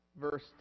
verse